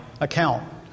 account